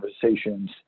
conversations